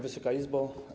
Wysoka Izbo!